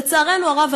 לצערנו הרב,